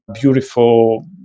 beautiful